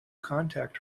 contact